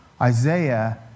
Isaiah